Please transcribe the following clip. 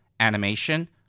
Animation